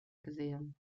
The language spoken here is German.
gesehen